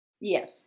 Yes